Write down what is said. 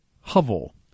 hovel